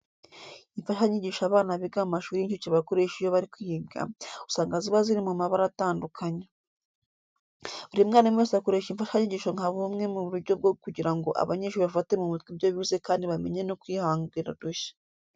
Imfashanyigisho abana biga mu mashuri y'incuke bakoresha iyo bari kwiga, usanga ziba ziri mu mabara atandukanye. Buri mwarimu wese akoresha imfashanyigisho nka bumwe mu buryo bwo kugira ngo abanyeshuri bafate mu mutwe ibyo bize kandi bamenye no kwihangira udushya.